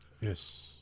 Yes